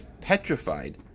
petrified